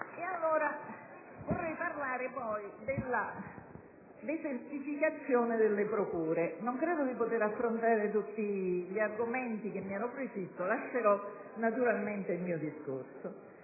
PD).* Vorrei parlare poi della desertificazione delle procure (non credo di poter affrontare tutti gli argomenti che mi ero prefissa: lascerò pertanto il mio discorso